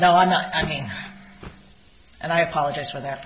now i'm not i mean and i apologize for that